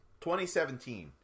2017